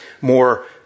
more